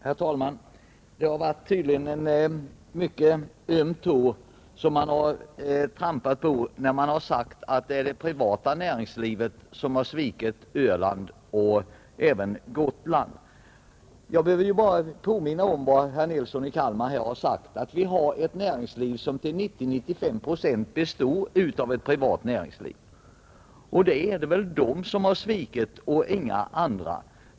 Herr talman! Det har tydligen varit en mycket öm tå som man har trampat på, när man har sagt att det är det privata näringslivet som har svikit Öland och Gotland, Jag behöver bara påminna om vad herr Nilsson i Kalmar har sagt, nämligen att näringslivet till 90 å 95 procent består av privata företag, och då är det väl dessa som har svikit och inga andra.